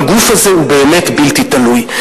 הגוף הזה הוא באמת בלתי תלוי.